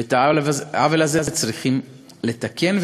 ואת העוול הזה צריכים לתקן,